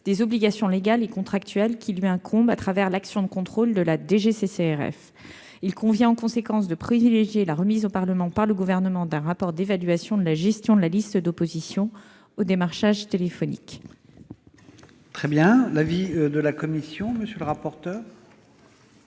des obligations légales et contractuelles qui lui incombent à travers l'action de contrôle de la DGCCRF. Il convient en conséquence de privilégier la remise au Parlement par le Gouvernement d'un rapport d'évaluation de la gestion de la liste d'opposition au démarchage téléphonique. Quel est l'avis de la commission ? Le présent